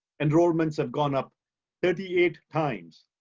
enrollments have gone up thirty eight times.